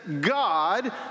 God